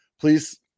please